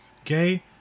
Okay